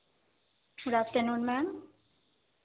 good afternoon ma'am